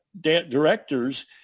directors